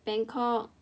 Bangkok